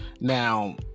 Now